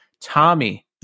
Tommy